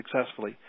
successfully